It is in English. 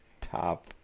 top